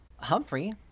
humphrey